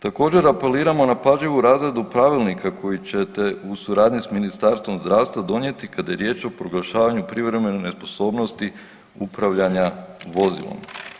Također apeliramo na pažljivu razradu pravilnika koji ćete u suradnji s Ministarstvom zdravstva donijeti kada je riječ o proglašavanju privremene nesposobnosti upravljanja vozilom.